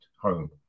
home